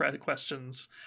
questions